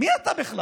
מי אתה בכלל?